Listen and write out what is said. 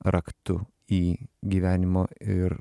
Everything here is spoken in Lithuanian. raktu į gyvenimo ir